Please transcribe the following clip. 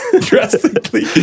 drastically